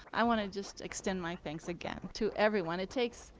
i want to just extend my thanks again to everyone. it takes